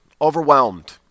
overwhelmed